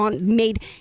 made